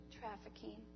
trafficking